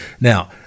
Now